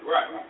Right